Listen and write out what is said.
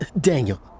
Daniel